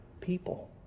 people